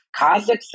Kazakhstan